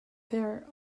there